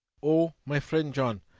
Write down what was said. oh, my friend john,